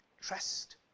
Trust